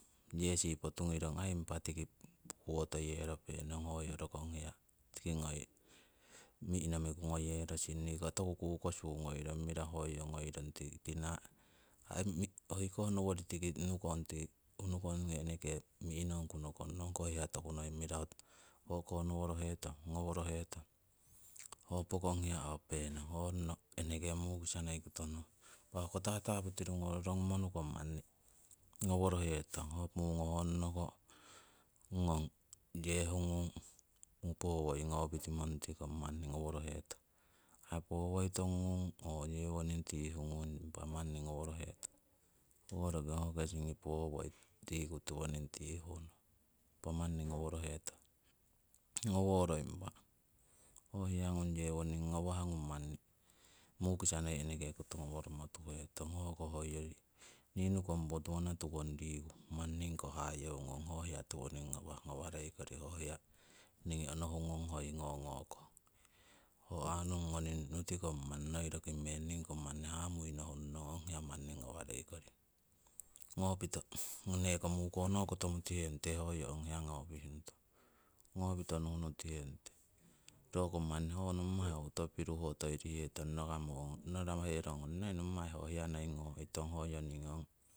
. Yesi potugirong aii impa tiki puwoteyeropenong hoyo rokong hiya tiki ngoi mi'nomiku ngoyerosing, niko toku kukosu ngoirong mirahu hoyo ngoirong. Tii kinaa hoikoh nowori tiki unukong, tii unukongi mi'nomuku nokong nong hoko hiya tokunoi mirahu o'konoworohetong ngoworohetong. Ho pokong hiya openong onno impa eneke mukisa koto noi. Impa hoko tatapu tirungo rorongumo nukong manni ngoworohetong hoko honnoko ngong yehungung powoi ngopitimo nutikong manni ngoworohetong, ai powoi tongungung manni ngoworohetong. Hoko roki ho kesingi powoi riku tiwoning tihuh nong impa manni ngoworohetong. Ngoworo impa ho hiyangung yewoning ngawahngung manni mukisa noi koto ngoworomo tuhetong. Hoko hoyori nii nukong potuwana tukong riku manni ningiko hayeu ngong ho hiya tiwoning ngawah ngawareiko, ho hiya ningii onohu ngong hoi ngokong. Ho aarung ngoni nutikong manni noi roki meng, ningiko manni hamui nohung nong ong hiya manni ngawarei koring. Ngopito neko mukono koto mutihenute hoyo ong hiya ngopih nutong, ngopito nuhnutihe nute. Roko manni ho nommai ho uto pipiruhotoirihetong nakamo naraherong ongne nommai ho hiya nei ngoitong, hoyo ningii ong hiya.